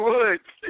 Woods